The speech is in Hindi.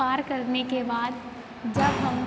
पार करने के बाद जब हम